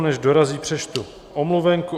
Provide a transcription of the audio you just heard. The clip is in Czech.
Než dorazí, přečtu omluvenku.